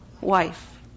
wife